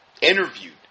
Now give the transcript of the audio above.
interviewed